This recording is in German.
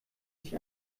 sich